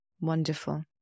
Wonderful